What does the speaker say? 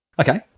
Okay